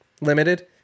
limited